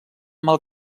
mal